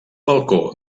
balcó